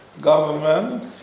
government